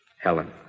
Helen